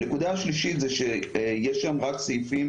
ההערה השלישית היא שיש שם רק סעיפים,